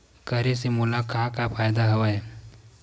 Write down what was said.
करे से मोला का का फ़ायदा हवय?